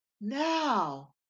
Now